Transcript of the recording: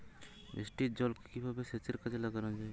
বৃষ্টির জলকে কিভাবে সেচের কাজে লাগানো য়ায়?